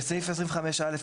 בסעיף 25א,